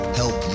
help